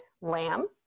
lamb